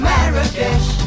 Marrakesh